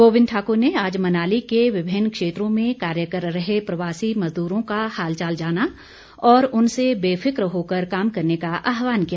गोविंद ठाकुर ने आज मनाली के विभिन्न क्षेत्रों में कार्य कर रहे प्रवासी मजदूरों का हालचाल जाना और उनसे बेफिफ्र होकर काम करने का आह्वान किया